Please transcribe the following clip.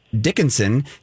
Dickinson